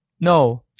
no